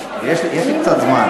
מודה ומודה ומודה, יש לי קצת זמן.